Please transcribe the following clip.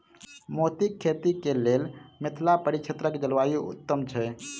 मोतीक खेती केँ लेल मिथिला परिक्षेत्रक जलवायु उत्तम छै?